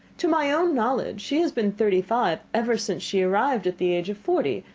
to my own knowledge she has been thirty-five ever since she arrived at the age of forty,